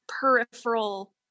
peripheral